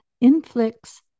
inflicts